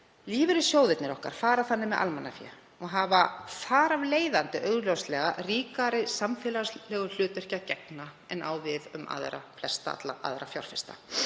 Lífeyrissjóðirnir okkar fara þannig með almannafé og hafa þar af leiðandi augljóslega ríkara samfélagslegu hlutverki að gegna en á við um flestalla aðra fjárfesta.